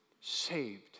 saved